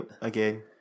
again